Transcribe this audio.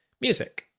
music